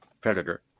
predator